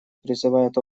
призывает